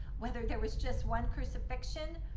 whether there was just one crucifixion,